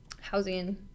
housing